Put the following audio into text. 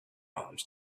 arms